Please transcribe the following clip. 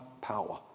power